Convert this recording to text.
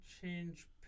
change